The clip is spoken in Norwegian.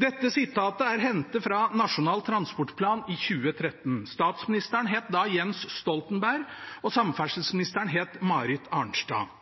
Dette sitatet er hentet fra Nasjonal transportplan fra 2013. Statsministeren het da Jens Stoltenberg, og samferdselsministeren het Marit Arnstad.